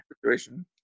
situation